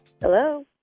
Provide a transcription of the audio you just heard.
Hello